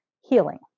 healing